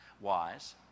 Wise